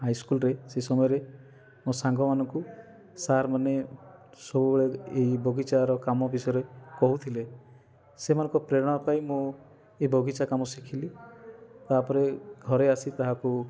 ହାଇସ୍କୁଲ୍ରେ ସେଇ ସମୟରେ ମୋ ସାଙ୍ଗମାନଙ୍କୁ ସାର୍ମାନେ ସବୁବେଳେ ଏହି ବଗିଚାର କାମ ବିଷୟରେ କହୁଥିଲେ ସେମାନଙ୍କ ପ୍ରେରଣା ପାଇ ମୁଁ ଏଇ ବଗିଚା କାମ ଶିଖିଲି ତାପରେ ଘରେ ଆସି ତାହାକୁ